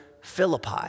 Philippi